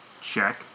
check